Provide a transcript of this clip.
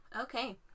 okay